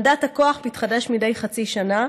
מנדט הכוח מתחדש מדי חצי שנה.